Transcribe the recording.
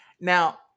Now